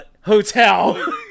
Hotel